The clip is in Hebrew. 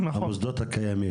נכון.